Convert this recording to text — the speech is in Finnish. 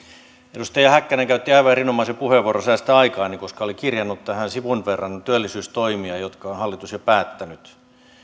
edustaja häkkänen käytti aivan erinomaisen puheenvuoron mikä säästää aikaani koska olin kirjannut sivun verran työllisyystoimia jotka hallitus on jo päättänyt